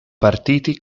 partiti